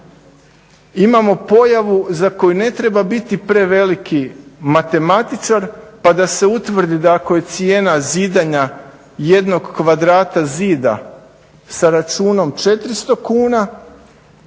imamo pojavu za koju ne treba biti preveliki matematičar pa da se utvrdi da ako je cijena zidanja jednog kvadrata zida sa računom 400 kuna,